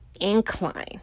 incline